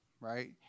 right